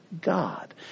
God